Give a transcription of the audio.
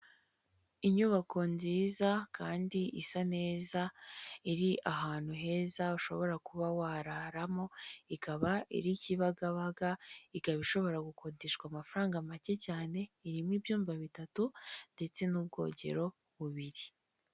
Inyubako nziza kandi isa neza, iri ahantu heza ushobora kuba wararamo, ikaba iri ikibagabaga ikaba ishobora gukodeshwa amafaranga make cyane ,irimo ibyumba bitatu ndetse n'ubwogero bubiri.